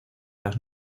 las